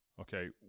Okay